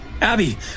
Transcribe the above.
Abby